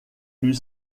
lui